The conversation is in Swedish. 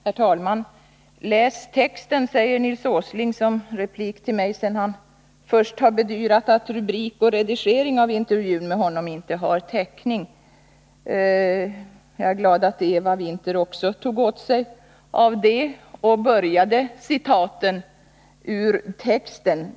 Herr talman! Läs texten, säger Nils Åsling som replik till mig sedan han först bedyrat att rubriken till och redigeringen av intervjun med honom inte har täckning. Jag är glad att Eva Winther också tog åt sig av detta och började med citaten ur texten.